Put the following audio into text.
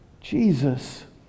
Jesus